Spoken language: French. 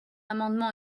amendement